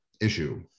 issue